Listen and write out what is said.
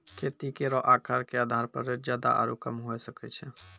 खेती केरो आकर क आधार पर रेट जादा आरु कम हुऐ सकै छै